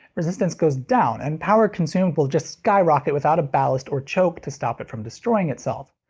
resistance goes down, and power consumed will just skyrocket without a ballast or choke to stop it from destroying itself.